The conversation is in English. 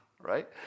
right